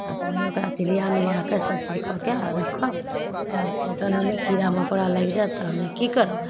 आ तनि ओकरा तिलिया मिलिया कऽ सभ चीज कऽ के आ रखब आयब तहन ओहिमे कीड़ा मकौड़ा लागि जायत तऽ हमे की करब